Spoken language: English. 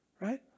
Right